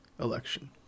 election